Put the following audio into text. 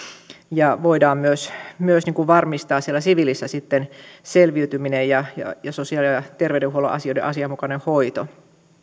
ja voidaan myös myös varmistaa sitten siellä siviilissä selviytyminen ja sosiaali ja terveydenhuollon asioiden asianmukainen hoito